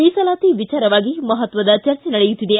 ಮೀಸಲಾತಿ ವಿಚಾರವಾಗಿ ಮಹತ್ವದ ಚರ್ಚೆ ನಡೆಯುತ್ತಿದೆ